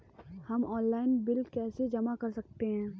हम online bill कैसे जमा कर सकते हैं?